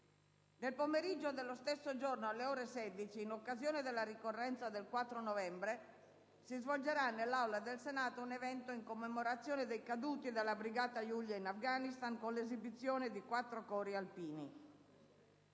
Nel pomeriggio dello stesso giorno, alle ore 16, in occasione della ricorrenza del 4 novembre, si svolgerà nell'Aula del Senato un evento in commemorazione dei caduti della Brigata Julia in Afghanistan, con l'esibizione di quattro cori alpini.